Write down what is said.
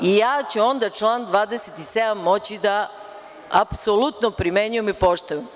I ja ću onda član 27. moći da apsolutno primenjujem i poštujem.